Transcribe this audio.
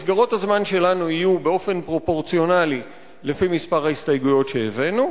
מסגרות הזמן שלנו יהיו באופן פרופורציונלי לפי מספר ההסתייגויות שהבאנו.